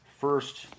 first